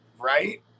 right